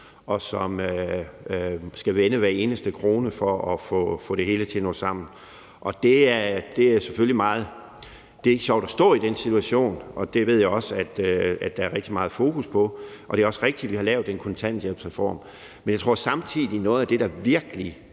og som skal vende hver eneste krone for at få det til at hænge sammen, og det er selvfølgelig ikke sjovt at stå i den situation, og det ved jeg også at der er rigtig meget fokus på. Og det er også rigtigt, at vi har lavet en kontanthjælpsreform. Men jeg tror samtidig, at noget af det, der virkelig